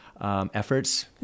efforts